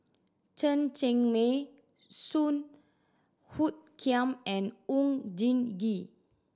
Chen Cheng Mei Song Hoot Kiam and Oon Jin Gee